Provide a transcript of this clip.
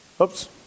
oops